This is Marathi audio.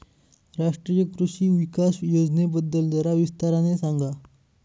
राष्ट्रीय कृषि विकास योजनेबद्दल जरा विस्ताराने सांगा